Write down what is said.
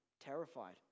terrified